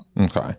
Okay